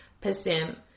percent